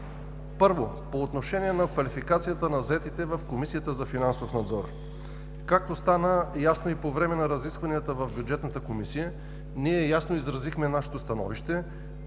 По отношение на квалификацията на заетите в Комисията за финансов надзор. Стана ясно по време на разискванията в Бюджетната комисия – ние ясно изразихме нашето становище